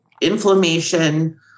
inflammation